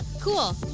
Cool